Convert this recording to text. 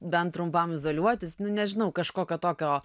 bent trumpam izoliuotis nu nežinau kažkokio tokio